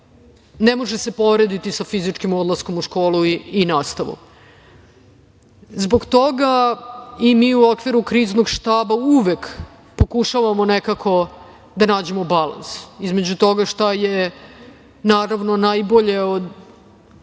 ne može porediti sa fizičkim odlaskom u školu i nastavom. Zbog toga i mi u okviru Kriznog štaba uvek pokušavamo nekako da nađemo balans između toga šta je, naravno, najbolje od